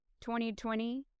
2020